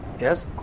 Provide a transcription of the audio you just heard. Yes